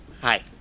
Hi